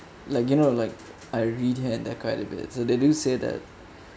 like you know like I read here and there quite a bit so they do say that